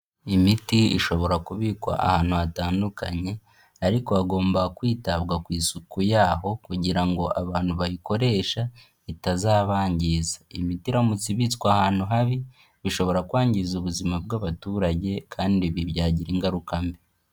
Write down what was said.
Imiti ishobora kubikwa ahantu hatandukanye, ariko hagomba kwitabwa ku isuku yaho kugira ngo abantu bayikoresha itazabangiza. Imiti iramutse ibitswe ahantu habi, bishobora kwangiza ubuzima bw'abaturage kandi ibi byagira ingaruka mbi.